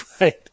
Right